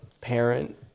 parent